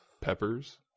Peppers